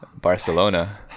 Barcelona